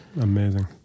amazing